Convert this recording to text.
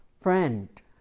Friend